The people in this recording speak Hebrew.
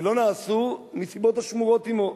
ולא נעשו מסיבות השמורות עמו.